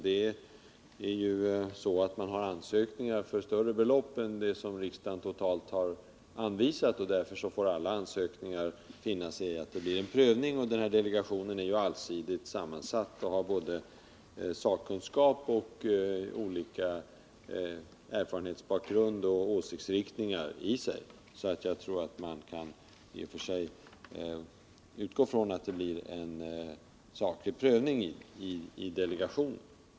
Det finns ansökningar för större belopp än det som riksdagen totalt anvisat, och därför får man finna sig i att alla undersökningar blir underkastade en prövning. Delegationen är allsidigt sammansatt, och dess ledamöter representerar både sakkunskap och skiftande erfarenhetsbakgrund och åsiktsriktningar. Jag tror därför att man kan utgå från att det blir en saklig prövning i delegationen.